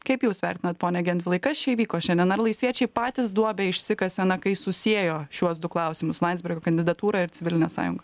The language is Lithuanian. kaip jūs vertinat pone gentvilai kas čia įvyko šiandien ar laisviečiai patys duobę išsikasė na kai susiejo šiuos du klausimus landsbergio kandidatūrą ir civilinę sąjungą